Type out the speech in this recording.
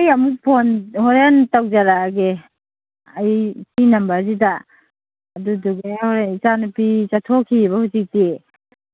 ꯑꯩ ꯑꯃꯨꯛ ꯐꯣꯟ ꯍꯣꯔꯦꯟ ꯇꯧꯖꯔꯛꯂꯒꯦ ꯑꯩ ꯁꯤ ꯅꯝꯕꯔꯁꯤꯗ ꯏꯆꯥ ꯅꯨꯄꯤ ꯆꯠꯊꯣꯛꯈꯤꯕ ꯍꯧꯖꯤꯛꯇꯤ